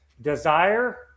desire